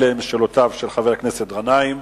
אלה שאלותיו של חבר הכנסת גנאים,